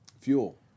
Fuel